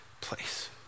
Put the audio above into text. place